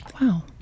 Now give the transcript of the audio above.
Wow